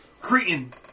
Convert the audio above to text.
Cretan